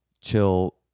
chill